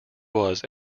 was